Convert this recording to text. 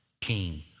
king